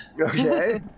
Okay